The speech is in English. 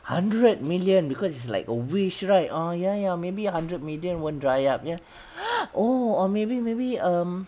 hundred million because it's like a wish right ah ya ya maybe a hundred million won't dry up ya or maybe maybe um